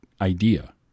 idea